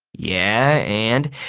yeah, and?